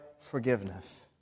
forgiveness